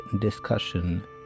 discussion